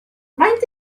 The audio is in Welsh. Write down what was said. faint